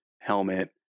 helmet